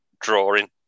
drawing